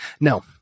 No